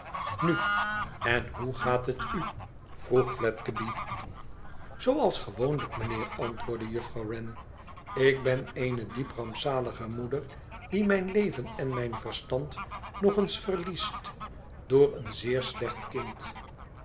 nu en hoe gaat het u vroeg fledgeby zooals gewoonlijk mijnheer antwoordde juffrouw wren ik ben eene diep rampzalige moeder die mijn leven en mijn verstand nog eens verlies door een zeer slecht kind